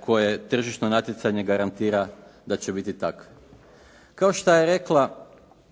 koje tržišno natjecanje garantira da će biti takve.